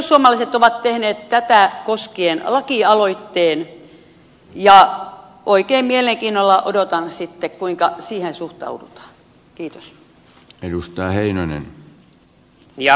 perussuomalaiset ovat tehneet tätä koskien lakialoitteen ja oikein mielenkiinnolla odotan kuinka siihen suhtaudutaan